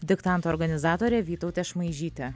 diktanto organizatore vytaute šmaižyte